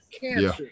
Cancer